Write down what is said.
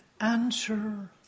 answer